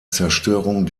zerstörung